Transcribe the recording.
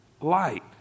light